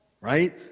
right